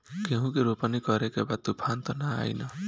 गेहूं के रोपनी करे के बा तूफान त ना आई न?